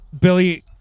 Billy